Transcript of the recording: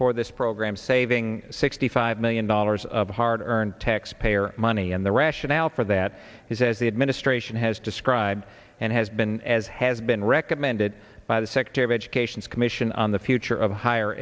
for this program saving sixty five million dollars of hard earned taxpayer money and the rationale for that he says the administration has described and has been as has been recommended by the secretary of education is commission on the future of higher